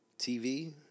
TV